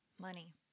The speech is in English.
Money